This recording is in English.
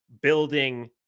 building